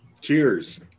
cheers